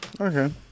Okay